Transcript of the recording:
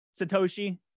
Satoshi